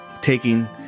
taking